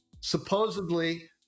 supposedly